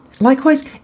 Likewise